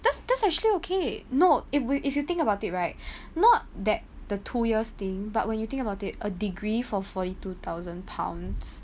that's that's actually okay no if we if you think about it right not that the two years thing but when you think about it a degree for forty two thousand pounds